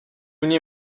nie